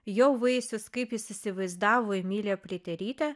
jo vaisius kaip jis įsivaizdavo emiliją pliaterytę